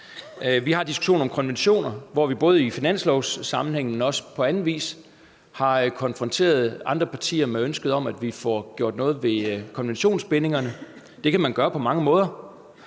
Vi har diskussionen om konventioner, hvor vi både i finanslovssammenhæng, men også på anden vis har konfronteret andre partier med ønsket om, at vi får gjort noget ved konventionsbindingerne. Det kan man gøre på mange måder,